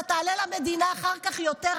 אתה תעלה למדינה אחר כך יותר.